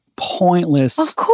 pointless